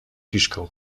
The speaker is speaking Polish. kiszkę